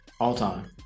All-time